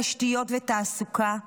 תשתיות ותעסוקה,